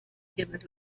quienes